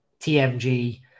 tmg